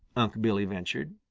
unc' billy ventured.